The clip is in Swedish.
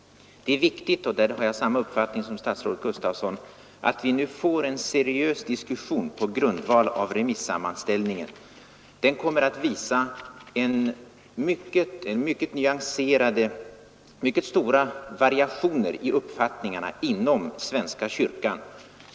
Det är viktigt, där har jag också samma uppfattning som statsrådet Gustafsson, att vi nu får en seriös diskussion på grundval av remissammanställningen. Den kommer att visa stora nyanser och variationer i uppfattningarna inom svenska kyrkan.